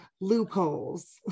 loopholes